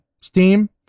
Steam